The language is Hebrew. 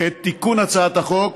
את תיקון הצעת החוק,